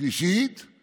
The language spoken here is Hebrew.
שמתפאר